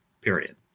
period